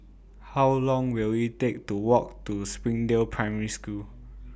How Long Will IT Take to Walk to Springdale Primary School